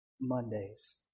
Mondays